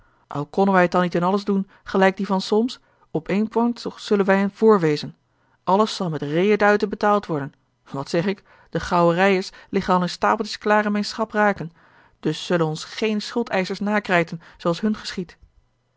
al konnen wij het dan niet in alles doen gelijk die van solms op één poinct toch zullen wij hen vr wezen alles zal met reeë duiten betaald worden wat zeg ik de gouden rijers liggen al in stapeltjes klaar in mijn schaprayken dus zullen ons geene schuldeischers nakrijten zooals hun geschiedt